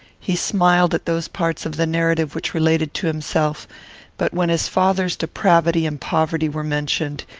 he smiled at those parts of the narrative which related to himself but when his father's depravity and poverty were mentioned,